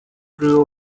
grew